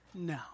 No